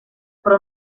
però